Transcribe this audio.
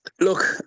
look